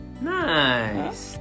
Nice